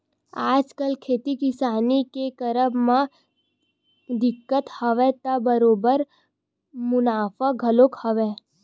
आजकल खेती किसानी के करब म दिक्कत हवय त बरोबर मुनाफा घलो हवय